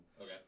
okay